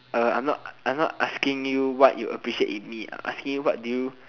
uh I'm not I'm not asking you what you appreciate in me I'm asking you what do you